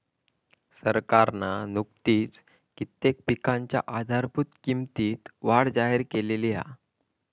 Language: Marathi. सरकारना नुकतीच कित्येक पिकांच्या आधारभूत किंमतीत वाढ जाहिर केली हा